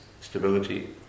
stability